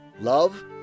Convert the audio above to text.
love